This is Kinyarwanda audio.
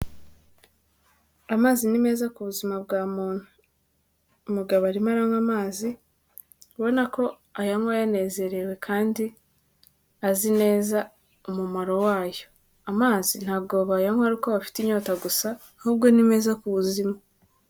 Amazi ni meza ku buzima bwa muntu umugabo arimo aranywa amazi, ubona ko ayanywa ayanezerewe kandi azi neza umumaro wayo, amazi ntabwo babayanywa ari uko bafite inyota gusa ahubwo ni meza ku buzima.